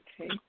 Okay